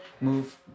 move